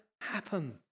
happen